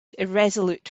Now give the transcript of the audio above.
irresolute